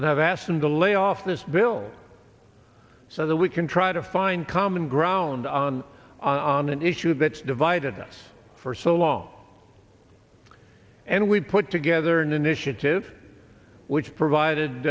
and i've asked them to lay off this bill so that we can try to find common ground on on an issue that's divided us for so long and we put together an initiative which provided